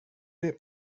det